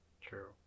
true